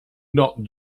not